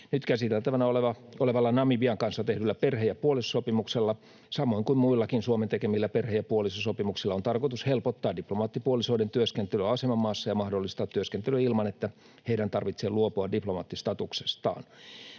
Nyt käsiteltävänä olevalla Namibian kanssa tehdyllä perhe- ja puolisosopimuksella samoin kuin muillakin Suomen tekemillä perhe- ja puolisosopimuksilla on tarkoitus helpottaa diplomaattipuolisoiden työskentelyä asemamaassa ja mahdollistaa työskentely ilman, että heidän tarvitsee luopua diplomaattistatuksestaan.